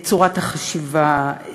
צורת החשיבה,